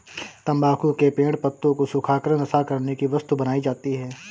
तम्बाकू के पेड़ पत्तों को सुखा कर नशा करने की वस्तु बनाई जाती है